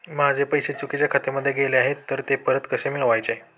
माझे पैसे चुकीच्या खात्यामध्ये गेले आहेत तर ते परत कसे मिळवायचे?